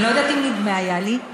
אני לא יודעת אם נדמה היה לי,